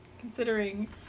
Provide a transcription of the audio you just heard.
Considering